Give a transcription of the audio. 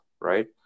right